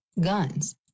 guns